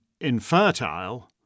infertile